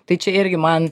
tai čia irgi man